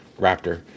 Raptor